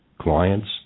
clients